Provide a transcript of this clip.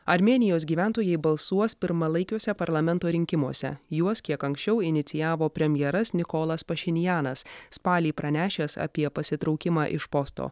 armėnijos gyventojai balsuos pirmalaikiuose parlamento rinkimuose juos kiek anksčiau inicijavo premjeras nikolas pašinjanas spalį pranešęs apie pasitraukimą iš posto